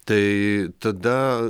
tai tada